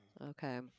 Okay